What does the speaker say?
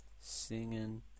singing